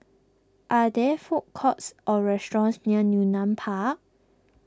are there food courts or restaurants near Yunnan Park